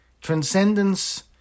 Transcendence